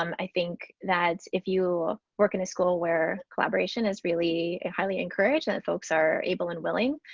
um i think that if you work in a school where collaboration is really highly encouraged, that folks are able and willing,